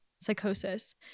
psychosis